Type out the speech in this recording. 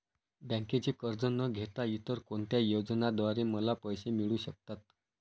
बँकेचे कर्ज न घेता इतर कोणत्या योजनांद्वारे मला पैसे मिळू शकतात?